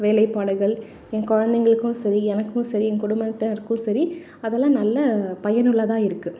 வேலைப்பாடுகள் என் குழலந்தைங்களுக்கும் சரி எனக்கும் சரி என் குடும்பத்தாருக்கும் சரி அதெல்லாம் நல்ல பயனுள்ளதாக இருக்குது